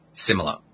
Similar